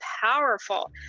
powerful